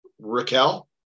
Raquel